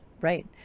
right